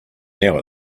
now